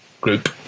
group